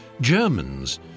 Germans